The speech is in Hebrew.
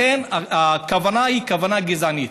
לכן, הכוונה היא כוונה גזענית.